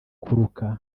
kuruka